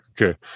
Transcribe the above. okay